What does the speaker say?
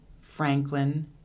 Franklin